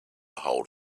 hold